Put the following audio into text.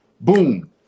boom